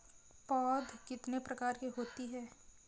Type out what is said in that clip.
पौध कितने प्रकार की होती हैं?